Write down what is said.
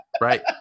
Right